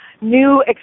new